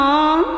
on